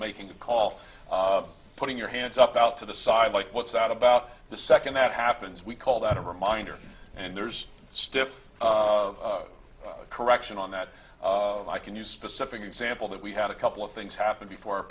making the call putting your hands up out to the side like what's out about the second that happens we call that a reminder and there's stiff correction on that i can use specific example that we had a couple of things happen before